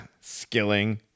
Skilling